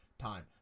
Time